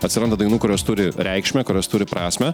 atsiranda dainų kurios turi reikšmę kurios turi prasmę